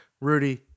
Rudy